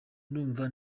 ndumva